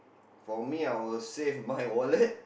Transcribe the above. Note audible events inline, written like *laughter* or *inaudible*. for me I would save my wallet *laughs*